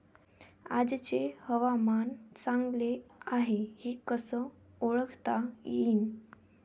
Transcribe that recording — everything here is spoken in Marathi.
आजचे हवामान चांगले हाये हे कसे ओळखता येईन?